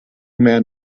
man